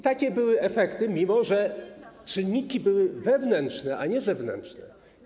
Takie były efekty, mimo że czynniki były wewnętrzne, a nie zewnętrzne.